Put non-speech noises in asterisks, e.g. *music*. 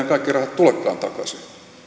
*unintelligible* kaikki rahat tulekaan takaisin